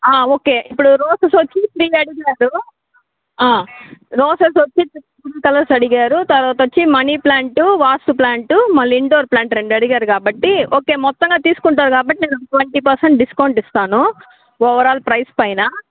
okay ఇప్పుడు roses వచ్చి three అడిగారు రోజెస్ వచ్చి త్రీ కలర్స్ అడిగారు తర్వాత వచ్చి మనీ ప్లాంటు వాస్తు ప్లాంటు మళ్లీ ఇండోర్ ప్లాంట్ రెండు అడిగారు కాబట్టి ఓకే మొత్తంగా తీసుకుంటారు కాబట్టి నేను ఒక ట్వంటీ పర్శంట్ డిస్కౌంట్ ఇస్తాను ఓవరాల్ ప్రైజ్ పైనా